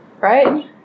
Right